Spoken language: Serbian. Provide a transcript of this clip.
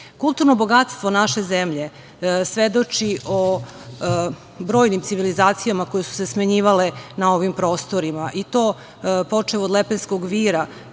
muzeja. Kulturno bogatstvo naše zemlje svedoči o brojnim civilizacijama koje su se smenjivale na ovim prostorima, i to počev od Lepenskog vira